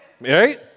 right